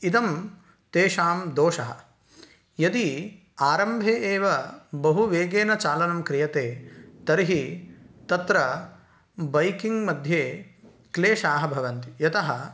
इदं तेषां दोषः यदि आरम्भे एव बहुवेगेन चालनं क्रियते तर्हि तत्र बैकिङ्ग्मध्ये क्लेशाः भवन्ति यतः